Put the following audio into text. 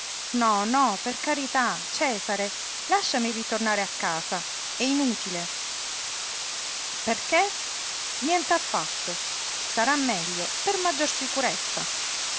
no no per carità cesare lasciami ritornare a casa è inutile perché nient'affatto sarà meglio per maggior sicurezza